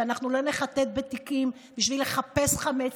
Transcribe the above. ואנחנו לא נחטט בתיקים בשביל לחפש חמץ,